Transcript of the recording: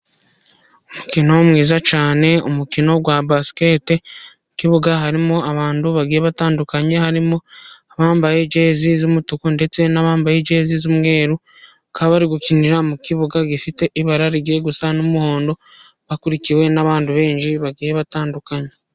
Umukino mwiza cyane, umukino wa basiketi mu kibuga, harimo abantu bagiye batandukanye, harimo abambaye jezi z'umutuku ndetse n'abambaye jezi z'umweru, bakaba bari gukinira mu kibuga gifite ibara rigiye gusa n'umuhondo, bakurikiwe n'abandi benshi bagiye batandukanye.